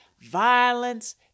Violence